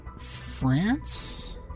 France